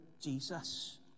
Jesus